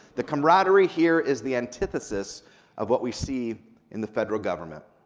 the comradery here is the antithesis of what we see in the federal government,